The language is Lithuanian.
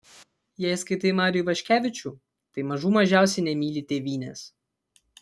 jei skaitai marių ivaškevičių tai mažų mažiausiai nemyli tėvynės